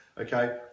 okay